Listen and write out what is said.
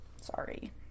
Sorry